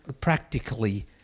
practically